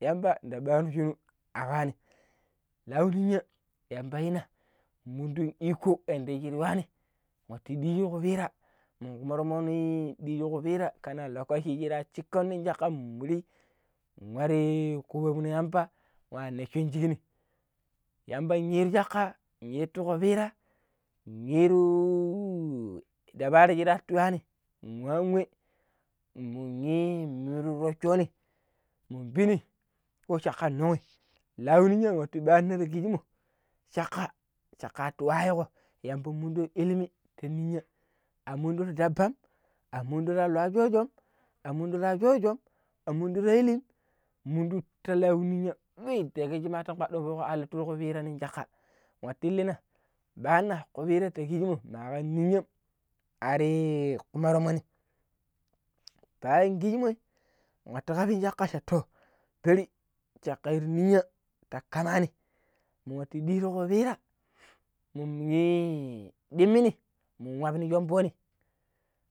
﻿yamba di ɓano shunu akani lau ninya yamba yina mundun ikko yanda shir yuwani watu ɗiiji ti ku pira in kumu romoni ɗiiji kupira kanan lookachi ra chikko nin shakka nmuri warri kubam yamba wa nashom shigni yamban yiru shakka ittu kupira yiruuuuu dabara taatu yuwani nn wan wai mun ii mullu rooco ni mun penni ko shakkai nong lau ninya watu banna kijimoi shakka shakka tu wayiƙƙo yambam mundon illimi pen ninya a munum ti dabban a mundu ti loi sho-shom a mundu loi sho-sho a mundu ta illim mundun ti lau ninya ɗuai takkiji mattan kwaɗo fuk hallituru ku pira nin shakka wati illi na banna kupira ta kijimim ma kam ninyam arri kumo romoni bayan kichemoi watu kabi nin shakka sha too bari shakka yiru ninya ta kamani mun watu ɗii ti kupira mun ɗimini mun wabbu ni shomboni